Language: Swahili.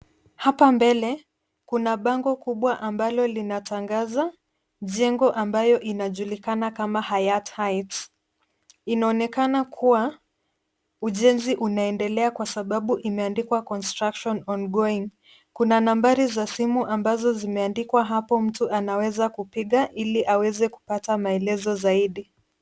Hapa mbele kuna bango kubwa ambalo linatangaza jengo ambayo inajulikana kama Hayat Heights . Inaonekana kuwa ujenzi unaendelea kwa sababu imeandikwa construction ongoing . Kuna nambari za simu ambazo zimeandikwa hapo mtu anaweza kupiga ili aweze kupata maelezo zaidi.